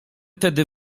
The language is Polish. tedy